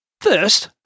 First